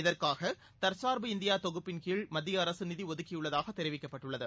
இதற்காக தற்கார்பு இந்தியா தொகுப்பிள் கீழ் மத்திய அரசு நிதி ஒதுக்கியுள்ளதாக தெரிவிக்கப்பட்டுள்ளது